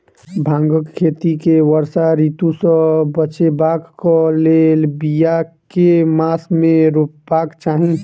भांगक खेती केँ वर्षा ऋतु सऽ बचेबाक कऽ लेल, बिया केँ मास मे रोपबाक चाहि?